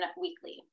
weekly